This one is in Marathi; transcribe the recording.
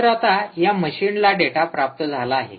तर आता या मशीनला डेटा प्राप्त झाला आहे